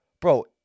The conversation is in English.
Bro